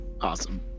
awesome